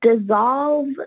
dissolve